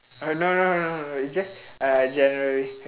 uh no no no no it's just uh generally